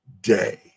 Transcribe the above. day